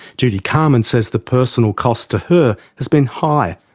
judy carman says the personal cost to her has been high,